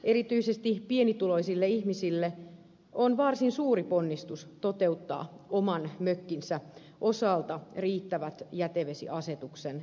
erityisesti pienituloisille ihmisille on varsin suuri ponnistus toteuttaa oman mökkinsä osalta riittävät jätevesiasetuksen ehdot